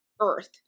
earth